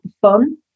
fun